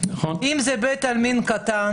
אם זה בית עלמין קטן